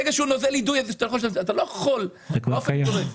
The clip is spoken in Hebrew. אסור לעשות את זה באופן גורף.